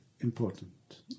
important